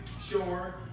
sure